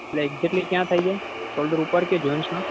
કેટલી ક્યાં થાય છે સોલ્ડર ઉપર કે જોઈન્ટસમાં